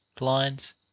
lines